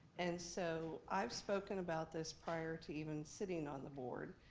and so, i've spoken about this prior to even sitting on the board,